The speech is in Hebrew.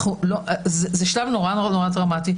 זה שלב נורא נורא דרמטי,